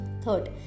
Third